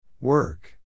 Work